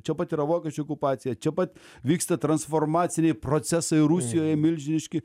čia pat yra vokiečių okupacija čia pat vyksta transformaciniai procesai rusijoje milžiniški